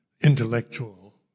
intellectual